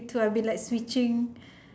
me too I'll be like switching